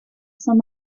saint